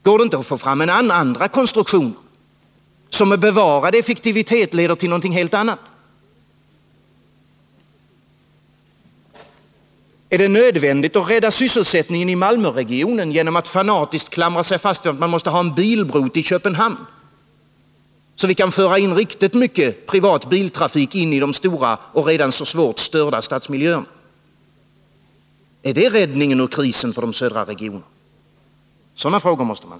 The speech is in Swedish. Går det inte att få fram andra konstruktioner, som med bevärad effektivitet leder till något helt annat? Är det nödvändigt att rädda sysselsättningen i Malmöregionen genom att fanatiskt klamra sig/fast vid att man måste ha en bilbro till Köpenhamn, så att vi kan föra in riktigt mycket privat biltrafik i de redan så svårt störda stadsmiljöerna? Är det räddningen ur krisen i de södra regionerna?